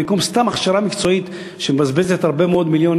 במקום סתם הכשרה מקצועית שמבזבזת הרבה מאוד מיליונים,